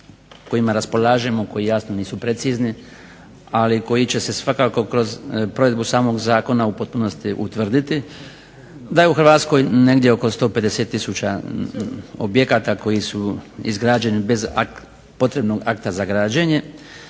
kojima raspolažemo koji jasno nisu precizni ali koji će se svakako kroz samu provedbu zakona u potpunosti utvrditi da je u HRvatskoj negdje oko 150 tisuća objekata koji su izgrađeni bez potrebnog akta za građenje,